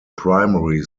primary